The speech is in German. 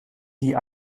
die